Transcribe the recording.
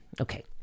Okay